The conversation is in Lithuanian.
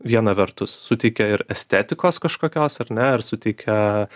viena vertus suteikia ir estetikos kažkokios ar ne ar suteikia